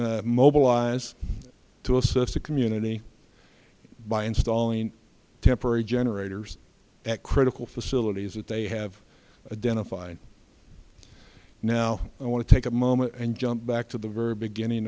we mobilize to assess a community by installing temporary generators at critical facilities that they have identified now i want to take a moment and jump back to the very beginning